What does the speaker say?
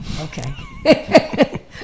okay